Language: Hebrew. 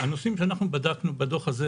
הנושאים שאנחנו בדקנו בדוח הזה,